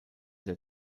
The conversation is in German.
der